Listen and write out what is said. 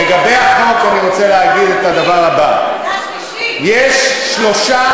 לגבי החוק אני רוצה להגיד את הדבר הבא: יש שלושה